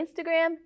Instagram